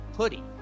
hoodie